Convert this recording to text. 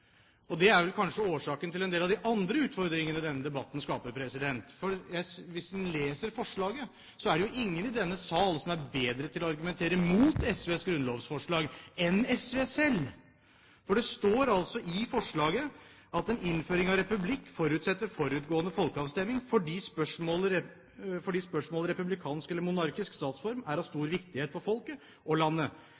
Og det er vel kanskje årsaken til en del av de andre utfordringene denne debatten skaper. For hvis en leser forslaget, er det jo ingen i denne sal som er bedre til å argumentere imot SVs grunnlovsforslag enn SV selv. For det står altså i forslaget at «en innføring av republikk forutsetter forutgående folkeavstemning fordi spørsmålet om republikansk eller monarkisk statsform er av stor